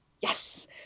Yes